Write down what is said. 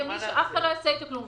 אף אחד לא יעשה איתו כלום.